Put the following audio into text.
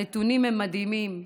הנתונים הם מדהימים,